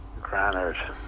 Granard